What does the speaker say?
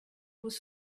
was